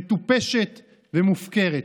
מטופשת ומופקרת.